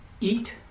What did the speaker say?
Eat